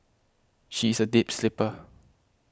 she is a deep sleeper